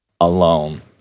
alone